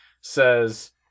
says